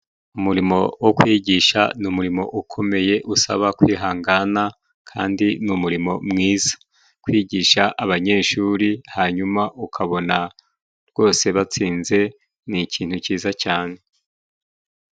Umurimo wo kwigisha ni umurimo ukomeye usaba kwihangana kandi ni umurimo mwiza. Kwigisha abanyeshuri hanyuma ukabona rwose batsinze ni ikintu cyiza cyane.